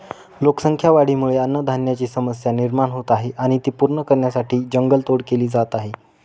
लोकसंख्या वाढीमुळे अन्नधान्याची समस्या निर्माण होत आहे आणि ती पूर्ण करण्यासाठी जंगल तोड केली जात आहे